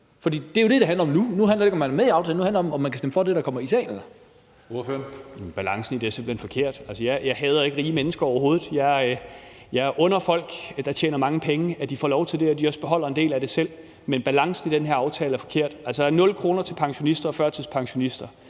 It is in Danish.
For det er jo det, det handler om nu. Nu handler det ikke om, om man er med i aftalen, nu handler det om, om man kan stemme for det, der kommer i salen. Kl. 18:19 Tredje næstformand (Karsten Hønge): Ordføreren. Kl. 18:19 Peter Kofod (DF): Balancen i det er simpelt hen forkert. Jeg hader ikke rige mennesker overhovedet, jeg under folk, der tjener mange penge, at de får lov til det, og at de også beholder en del af det selv, men balancen i den her aftale er forkert. Altså, 0 kr. til pensionister og førtidspensionister,